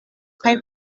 kaj